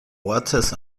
ortes